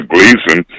Gleason